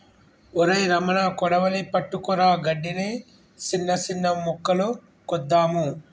ఒరై రమణ కొడవలి పట్టుకురా గడ్డిని, సిన్న సిన్న మొక్కలు కోద్దాము